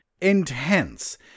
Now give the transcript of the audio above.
intense